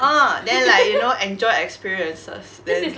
uh then like you know enjoy experiences then